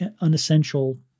unessential